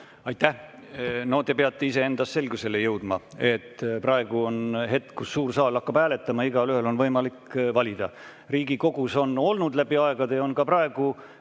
Aitäh! No te peate iseendas selgusele jõudma. Praegu on hetk, kus suur saal hakkab hääletama, igaühel on võimalik valida. Riigikogus on olnud läbi aegade ja on ka praegu